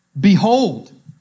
Behold